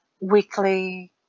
weekly